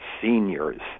seniors